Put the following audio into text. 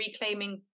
reclaiming